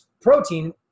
protein